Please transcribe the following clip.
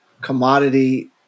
commodity